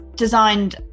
designed